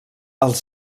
els